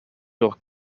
york